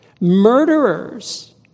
murderers